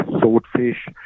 swordfish